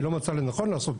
כי היא לא מצאה לנכון לעשות,